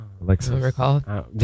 Alexa